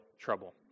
trouble